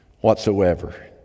whatsoever